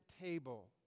table